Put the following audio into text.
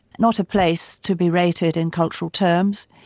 not a place to be rated in cultural terms,